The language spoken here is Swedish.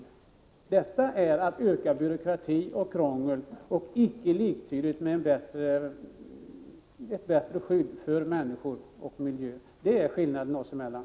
Regeringens förslag är att öka byråkrati och krångel, och det är icke liktydigt med ett bättre skydd för människor och miljö. Det är skillnaden oss emellan.